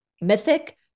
mythic